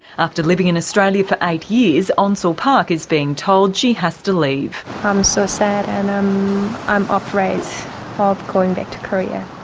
after living in australia for eight years, eunsil so park is being told she has to leave. i'm so sad and i'm afraid of going back to korea,